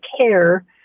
care